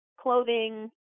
clothing